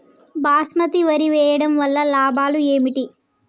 బాస్మతి వరి వేయటం వల్ల లాభాలు ఏమిటి?